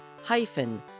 hyphen